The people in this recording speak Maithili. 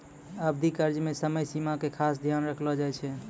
अवधि कर्ज मे समय सीमा के खास ध्यान रखलो जाय छै